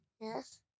Yes